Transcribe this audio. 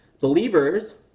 believers